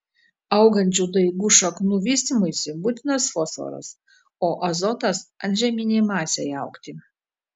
augančių daigų šaknų vystymuisi būtinas fosforas o azotas antžeminei masei augti